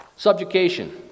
Subjugation